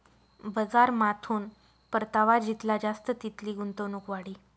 बजारमाथून परतावा जितला जास्त तितली गुंतवणूक वाढी